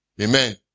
Amen